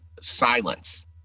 silence